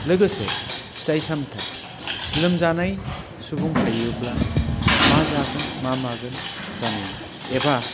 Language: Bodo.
लोगोसे फिथाइ सामथाय लोमजानाय सुबुं थायोब्ला मा जागोन मा मागोन जानो एबा